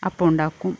അപ്പോണ്ടാക്കും